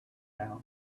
down